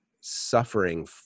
suffering